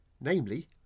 namely